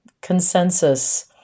consensus